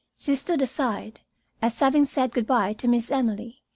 she stood aside as, having said good-by to miss emily,